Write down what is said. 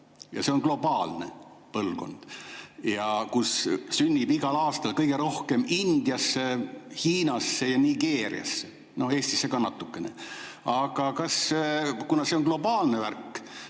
Ja see on globaalne põlvkond, keda sünnib igal aastal kõige rohkem Indiasse, Hiinasse ja Nigeeriasse. No Eestisse ka natukene. Aga kuna see on globaalne värk,